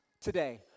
today